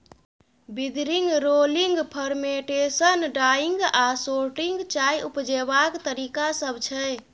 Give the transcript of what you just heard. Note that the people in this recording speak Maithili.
बिदरिंग, रोलिंग, फर्मेंटेशन, ड्राइंग आ सोर्टिंग चाय उपजेबाक तरीका सब छै